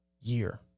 year